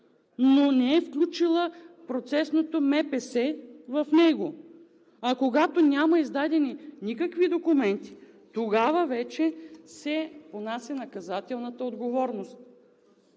но не е включила процесното МПС в него. А когато няма издадени никакви документи, тогава вече се понася наказателната отговорност.